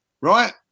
Right